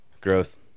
gross